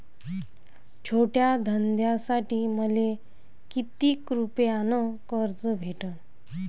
छोट्या धंद्यासाठी मले कितीक रुपयानं कर्ज भेटन?